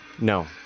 No